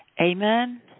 Amen